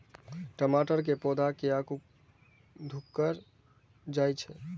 टमाटर के पौधा किया घुकर जायछे?